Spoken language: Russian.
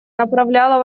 направляла